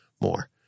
more